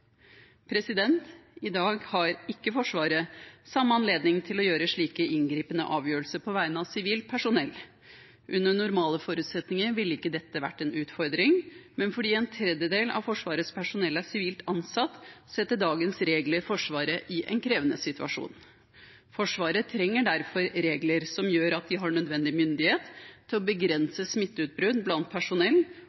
I dag har ikke Forsvaret samme anledning til å ta slike inngripende avgjørelser på vegne av sivilt personell. Under normale forutsetninger ville ikke dette vært en utfordring, men fordi en tredjedel av Forsvarets personell er sivilt ansatt, setter dagens regler Forsvaret i en krevende situasjon. Forsvaret trenger derfor regler som gjør at de har nødvendig myndighet til å